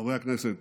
חברי הכנסת,